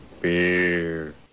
Beer